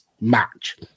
match